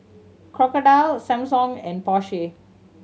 Crocodile Samsung and Porsche